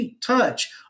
touch